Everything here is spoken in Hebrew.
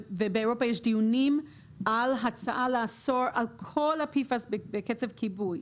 ובאירופה יש דיונים על הצעה לאסור על כל ה-PFAS בקצף כיבוי.